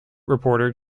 reporter